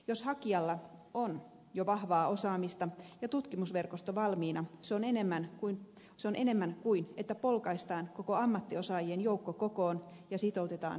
jos hakijalla on jo vahvaa osaamista ja tutkimusverkosto valmiina on se enemmän kuin että polkaistaan koko ammattiosaajien joukko kokoon ja sitoutetaan yhteistyöhön